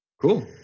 Cool